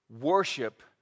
Worship